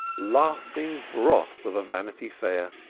laughing broth of a vanity fair!